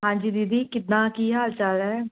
ਹਾਂਜੀ ਦੀਦੀ ਕਿੱਦਾਂ ਕੀ ਹਾਲ ਚਾਲ ਹੈ